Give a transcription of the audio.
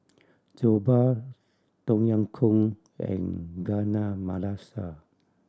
Jokbal Tom Yam Goong and Chana Masala